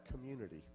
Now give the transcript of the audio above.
community